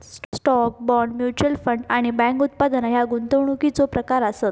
stock, bond, mutual fund आणि bank उत्पादना ह्या गुंतवणुकीचो प्रकार आसत